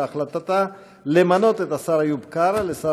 על החלטתה למנות את השר איוב קרא לשר